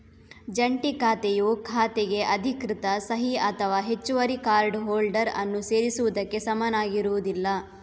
ಜಂಟಿ ಖಾತೆಯು ಖಾತೆಗೆ ಅಧಿಕೃತ ಸಹಿ ಅಥವಾ ಹೆಚ್ಚುವರಿ ಕಾರ್ಡ್ ಹೋಲ್ಡರ್ ಅನ್ನು ಸೇರಿಸುವುದಕ್ಕೆ ಸಮನಾಗಿರುವುದಿಲ್ಲ